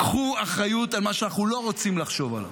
קחו אחריות על מה שאנחנו לא רוצים לחשוב עליו,